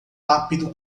rápido